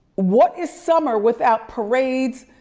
what is summer without parades,